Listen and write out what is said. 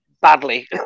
badly